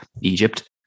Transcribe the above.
Egypt